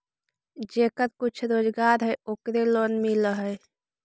जेकरा कुछ रोजगार है ओकरे लोन मिल है?